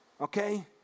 Okay